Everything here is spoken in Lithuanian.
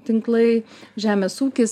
tinklai žemės ūkis